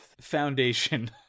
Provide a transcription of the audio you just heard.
...foundation